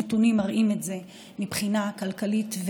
הנתונים מראים את זה מבחינה כלכלית.